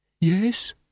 Yes